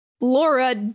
Laura